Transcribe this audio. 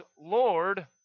Lord